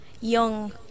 young